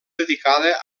dedicada